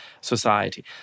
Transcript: society